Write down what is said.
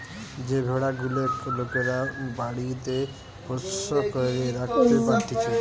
যে ভেড়া গুলেক লোকরা বাড়িতে পোষ্য করে রাখতে পারতিছে